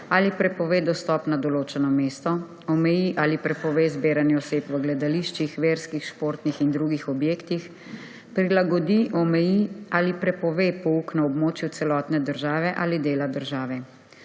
ali prepove dostop na določeno mesto, omeji ali prepove zbiranje oseb v gledališčih, verskih, športnih in drugih objektih, prilagodi, omeji ali prepove pouk na območju celotne države ali dela države.